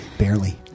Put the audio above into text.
barely